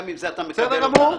גם אם אתה מקבל אותם אתה.